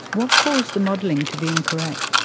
what caused the modelling to be incorrect?